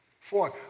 Four